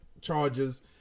charges